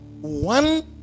One